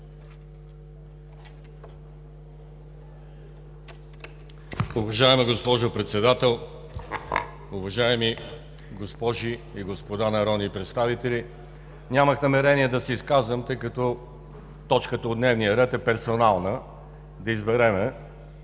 Уважаеми госпожо Председател, уважаеми госпожи и господа народни представители! Нямах намерение да се изказвам, тъй като точката от дневния ред е персонална – да изберем